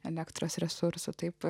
elektros resursai taip